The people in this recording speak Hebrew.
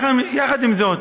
עם זאת,